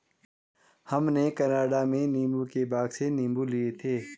हमने कनाडा में नींबू के बाग से नींबू लिए थे